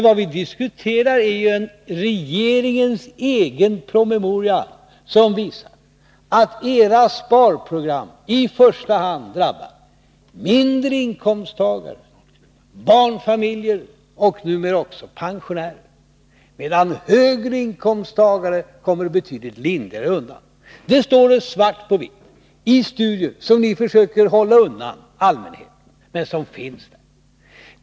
Vad vi diskuterar är regeringens egen promemoria som visar att era sparprogram i första hand drabbar mindre inkomsttagare, barnfamiljer och numera också pensionärer, medan högre inkomsttagare kommer betydligt lindrigare undan. Det står i svart på vitt i de studier som ni försöker undanhålla allmänheten.